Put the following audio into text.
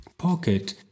pocket